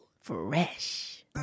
Fresh